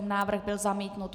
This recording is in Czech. Návrh byl zamítnut.